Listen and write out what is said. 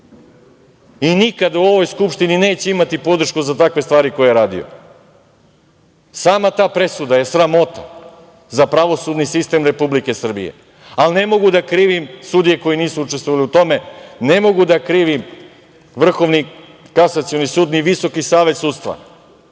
Nikad u ovoj skupštini neće imati podršku za takve stvari koje je radio. Sama ta presuda je sramota za pravosudni sistem Republike Srbije, ali ne mogu da krivim sudije koji nisu učestvovale u tome, ne mogu da krivim Vrhovni kasacioni sud ni Visoki savet sudstva.